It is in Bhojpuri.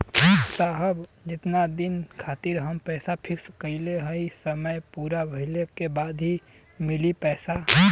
साहब जेतना दिन खातिर हम पैसा फिक्स करले हई समय पूरा भइले के बाद ही मिली पैसा?